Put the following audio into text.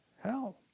Hell